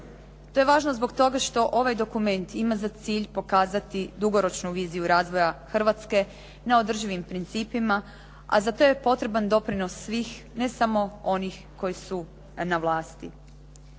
To je važno zbog toga što ovaj dokument ima za cilj pokazati dugoročnu viziju razvoja Hrvatske neodrživim principima a za to je potreban doprinos svih ne samo onih koji su na vlasti.